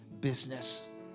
business